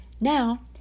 Now